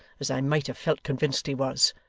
as i might have felt convinced he was.